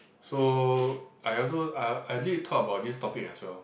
so I also I I need talk about this topic as well